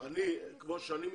כמו שאני מתרשם,